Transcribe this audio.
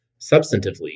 substantively